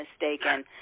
mistaken